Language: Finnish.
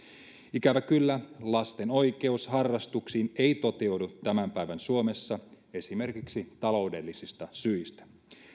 ikävä kyllä lasten oikeus harrastuksiin ei toteudu tämän päivän suomessa esimerkiksi taloudellisista syistä